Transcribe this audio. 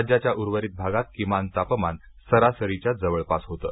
राज्याच्या उर्वरित भागात किमान तापमान सरासरीच्या जवळपास होतं